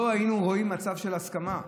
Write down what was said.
לא היינו רואים מצב של הסכמה.